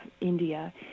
India